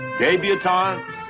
Debutantes